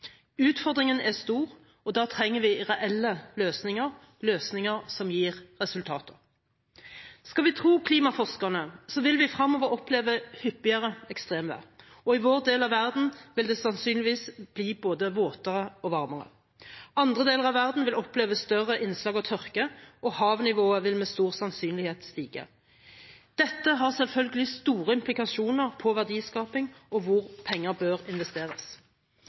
Utfordringen er stor, og da trenger vi reelle løsninger, løsninger som gir resultater. Skal vi tro klimaforskerne, vil vi fremover oppleve hyppigere ekstremvær, og i vår del av verden vil det sannsynligvis bli både våtere og varmere. Andre deler av verden vil oppleve større innslag av tørke, og havnivået vil med stor sannsynlighet stige. Dette har selvfølgelig store implikasjoner på verdiskaping og hvor penger bør investeres.